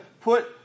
put